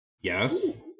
Yes